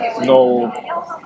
no